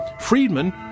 Friedman